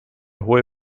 hohe